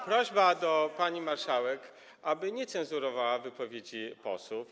Prośba do pani marszałek, aby nie cenzurowała wypowiedzi posłów.